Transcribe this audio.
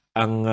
ang